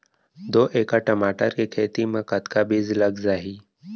दू एकड़ टमाटर के खेती मा कतका बीजा लग जाही?